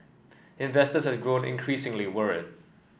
investors have grown increasingly worried